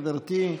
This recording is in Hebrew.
גברתי,